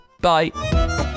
bye